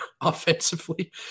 Offensively